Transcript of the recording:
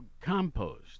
compost